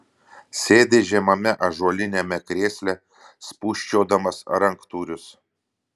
sėdi žemame ąžuoliniame krėsle spūsčiodamas ranktūrius